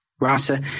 Rasa